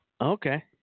Okay